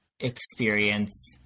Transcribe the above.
experience